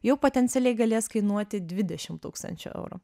jau potencialiai galės kainuoti dvidešimt tūkstančių eurų